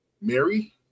Mary